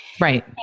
Right